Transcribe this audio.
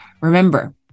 Remember